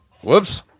whoops